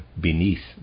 beneath